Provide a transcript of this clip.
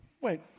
Wait